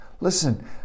Listen